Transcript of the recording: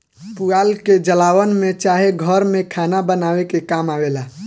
पुआल के जलावन में चाहे घर में खाना बनावे के काम आवेला